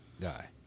guy